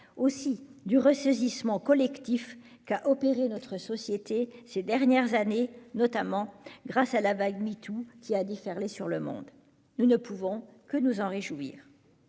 du ressaisissement collectif qu'a opéré notre société ces dernières années, notamment grâce à la vague #MeToo, qui a déferlé sur le monde. Nous ne pouvons que nous en réjouir.